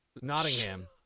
Nottingham